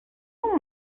اون